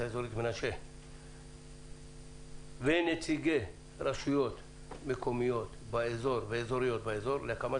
האזורית מנשה ונציגי רשויות מקומיות ואזוריות באזור להקמת